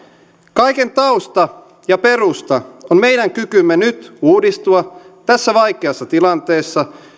kaiken tausta ja perusta on meidän kykymme nyt uudistua tässä vaikeassa tilanteessa